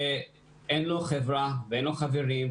ואין לו חברה ואין לו חברים,